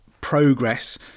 progress